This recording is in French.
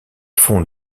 fonde